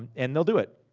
and they'll do it.